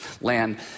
land